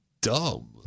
dumb